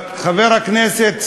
שמעתי את חבר הכנסת,